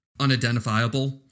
unidentifiable